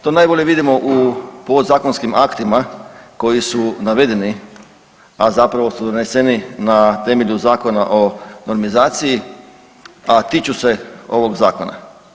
To najbolje vidimo u podzakonskim aktima koji su navedeni, a zapravo su doneseni na temelju Zakona o normizaciji a tiču se ovog Zakona.